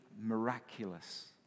miraculous